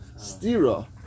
stira